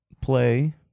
play